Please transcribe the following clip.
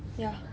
ya